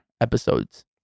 episodes